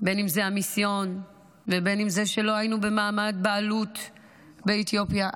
בין שזה המיסיון ובין שזה שלא היינו במעמד בעלות באתיופיה,